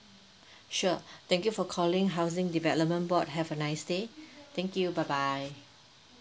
sure thank you for calling housing development board have a nice day thank you bye bye